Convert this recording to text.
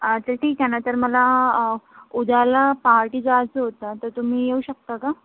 आच्छा ठीक आहे ना तर मला उद्याला पहाटे जायचं होतं तर तुम्ही येऊ शकता का